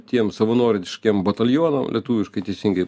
tiem savanoriškiem batalionam lietuviškai teisingai